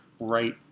right